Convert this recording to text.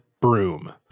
broom